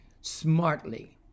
smartly